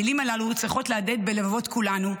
המילים הללו צריכות להדהד בלבבות כולנו.